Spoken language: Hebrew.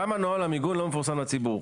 למה נוהל המיגון לא מפורסם לציבור?